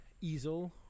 Easel